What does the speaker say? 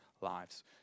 lives